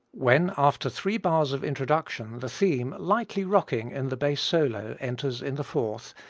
when, after three bars of introduction, the theme, lightly rocking in the bass solo enters in the fourth,